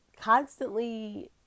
Constantly